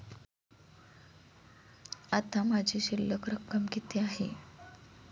आता माझी शिल्लक रक्कम किती आहे?